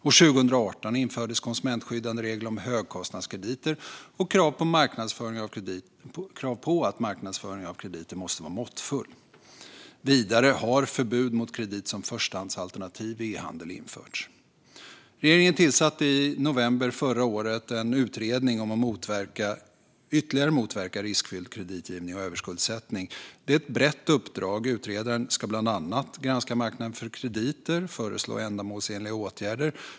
År 2018 infördes konsumentskyddande regler om högkostnadskrediter och krav på att marknadsföring av krediter ska vara måttfull. Vidare har förbud mot kredit som förstahandsalternativ vid e-handel införts. Regeringen tillsatte i november förra året en utredning om att ytterligare motverka riskfylld kreditgivning och överskuldsättning. Det är ett brett uppdrag. Utredaren ska bland annat granska marknaden för krediter och föreslå ändamålsenliga åtgärder.